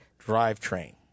drivetrain